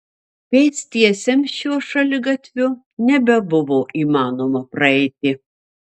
pėstiesiems šiuo šaligatviu nebebuvo įmanoma praeiti